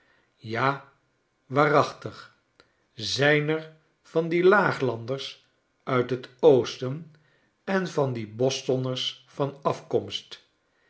ja waarachtig zijn er van die laaglanders uit het oosten en van die bostonners van afkomst